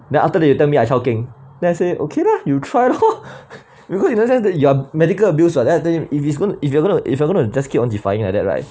then after that you tell me I chao keng let's say okay lah you try loh you go in a sense you are medical abuse or that the him if it's gonna if you're gonna if you're gonna just keep on defying like that right